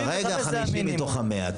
כרגע זה 50 מתוך ה-100,